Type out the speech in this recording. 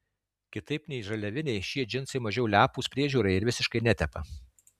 kitaip nei žaliaviniai šie džinsai mažiau lepūs priežiūrai ir visiškai netepa